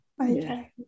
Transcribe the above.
Okay